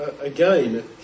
again